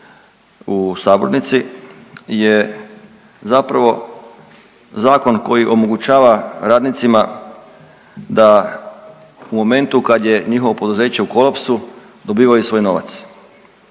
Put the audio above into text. u sabornici je zapravo zakon koji omogućava radnicima da u momentu kad je njihovo poduzeće u kolapsu dobivaju svoj novac.